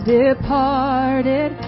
departed